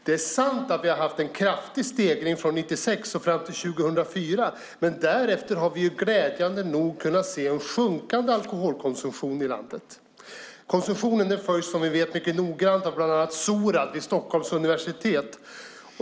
Det är sant att vi hade en kraftig stegring från 1996 fram till 2004, men därefter har vi glädjande nog kunnat se en sjunkande alkoholkonsumtion i landet. Konsumtionen följs som vi vet noggrant av bland annat Sorad vid Stockholms universitet.